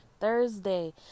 Thursday